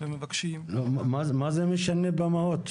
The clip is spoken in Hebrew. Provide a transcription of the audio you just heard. ומבקשים --- מה זה משנה במהות?